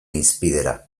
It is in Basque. hizpidera